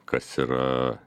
kas yra